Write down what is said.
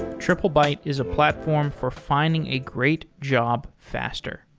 triplebyte is a platform for finding a great job faster.